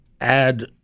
add